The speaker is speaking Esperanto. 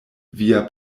via